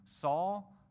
Saul